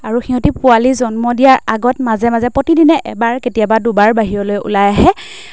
আৰু সিহঁতে পোৱালি জন্ম দিয়াৰ আগত মাজে মাজে প্ৰতিদিনে এবাৰ কেতিয়াবা দুবাৰ বাহিৰলৈ ওলাই আহে